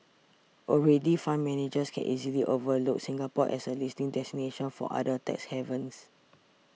already fund managers can easily overlook Singapore as a listing destination for other tax havens